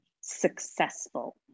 successful